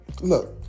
Look